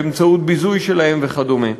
באמצעות ביזוי שלהם וכדומה.